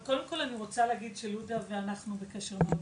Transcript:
אני קודם כל רוצה להגיד שלודה ואנחנו בקשר טוב,